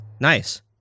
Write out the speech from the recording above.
Nice